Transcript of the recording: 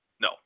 No